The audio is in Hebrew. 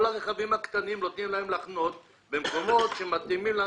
לכל הרכבים הקטנים נותנים לחנות במקומות שמתאימים.